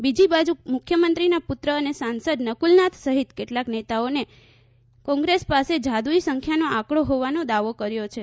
બીજી બાજુ મુખ્યમંત્રીના પુત્ર અને સાંસદ નકુલનાથ સહિત કેટલાંક નેતાઓએ કોંગ્રેસ પાસે જાદુઈ સંખ્યાનો આંકડો હોવાનો દાવો કર્યો છે